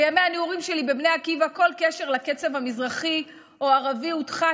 בימי הנעורים שלי בבני עקיבא כל קשר לקצב המזרחי או הערבי הודחק,